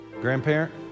Grandparent